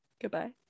goodbye